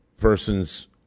person's